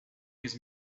his